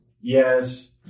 Yes